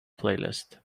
playlist